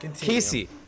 Casey